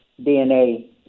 DNA